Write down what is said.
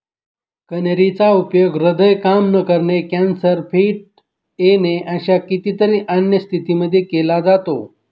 कन्हेरी चा उपयोग हृदय काम न करणे, कॅन्सर, फिट येणे अशा कितीतरी अन्य स्थितींमध्ये केला जातो